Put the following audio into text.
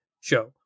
show